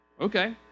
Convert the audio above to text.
okay